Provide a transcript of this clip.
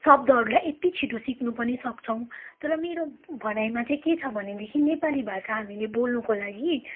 शब्दहरूलाई यति छिटो सिक्नु पनि सक्छौँ तर मेरो भनाइमा चाहिँ के छ भनेदेखि नेपाली भाषा हामीले बोल्नुको लागि